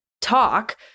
talk